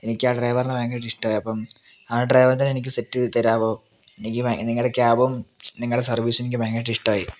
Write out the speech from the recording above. എനിക്ക് ആ ഡ്രൈവറിനെ ഭയങ്കരമായിട്ട് ഇഷ്ടമായി അപ്പം ആ ഡ്രൈവറിനെ എനിക്ക് സെറ്റ് ചെയ്ത് തരാമോ എനിക്ക് ഭയ നിങ്ങള ക്യാബും നിങ്ങള സർവീസും എനിക്ക് ഭയങ്കരമായിട്ട് ഇഷ്ടമായി